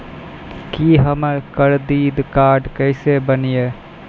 की हमर करदीद कार्ड केसे बनिये?